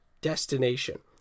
destination